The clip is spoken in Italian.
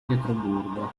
pietroburgo